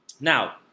now